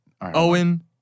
Owen